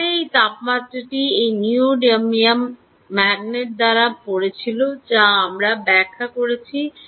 এখানে এই তাপমাত্রাটি এই নিউওডিয়াম ম্যাগনেট দ্বারা পড়েছিল যা আমরা ব্যাখ্যা করেছি